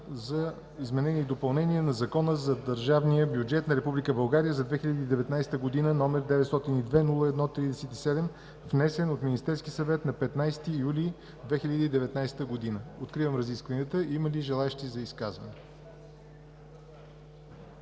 за изменение и допълнение на Закона за държавния бюджет на Република България за 2019 г., № 902-01-37, внесен от Министерския съвет на 15 юли 2019 г. Откривам разискванията. Има ли желаещи за изказване?